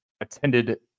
attended